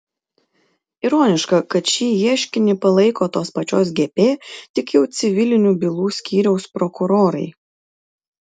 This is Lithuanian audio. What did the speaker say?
ironiška kad šį ieškinį palaiko tos pačios gp tik jau civilinių bylų skyriaus prokurorai